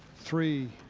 three,